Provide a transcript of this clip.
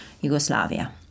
Yugoslavia